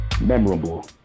Memorable